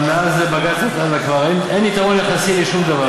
אבל מאז בג"ץ עדאלה כבר אין יתרון יחסי לשום דבר.